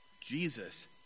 Jesus